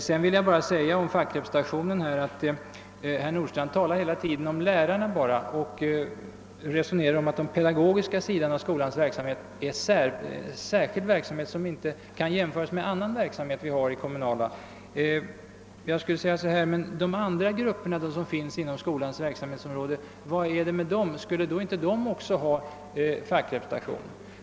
Vad gäller fackrepresentationen talar herr Nordstrandh hela tiden bara om lärarna och säger att den pedagogiska sidan av skolans verksamhet är ett särskilt slags verksamhet, som inte kan jämföras med annan verksamhet på det kommunala området. Men de andra grupperna som finns inom skolans verksamhetsområde — hur är det med dem? Skulle de inte också ha fackrepresentation?